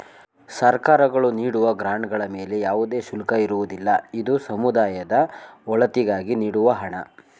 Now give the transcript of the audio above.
ಸರ್ಕಾರಗಳು ನೀಡುವ ಗ್ರಾಂಡ್ ಗಳ ಮೇಲೆ ಯಾವುದೇ ಶುಲ್ಕ ಇರುವುದಿಲ್ಲ, ಇದು ಸಮುದಾಯದ ಒಳಿತಿಗಾಗಿ ನೀಡುವ ಹಣ